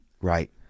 right